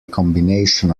combination